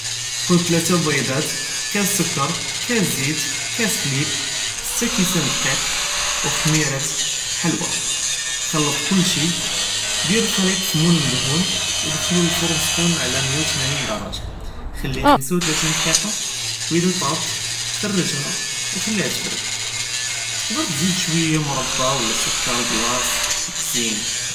חוד תְלָאת בּידאת, כאס סוכר, זֵית, כאס חֻליב, שִׁתָּה כִּיסָּאן, דַּקִּיק וְחֻמִירַת אלחלּוּוה, חְלַט כלשי, דיר אלחְלִיט פלאמוּל, מַדְהוּן, ודַכְּלוּ לפוֹר, סַחוּן עלא מִיָה ותִמְנִין דַרָגָּה, כלִיה חַמְסֶה ותִמְנִין דַקִּיקָה, וְאִדָא טְאַבַּת, חְרַגְּהָ וְכלִיה תְּבַרַּד, תְּקַדַּר תְּזִיד שְוִיָה מֶרְבַּא וְלָא סֻכַּר גְּלָאס לְתַזְיִּין.